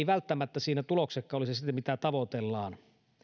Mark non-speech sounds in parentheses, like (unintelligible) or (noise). (unintelligible) välttämättä siinä olisi sitä mitä tavoitellaan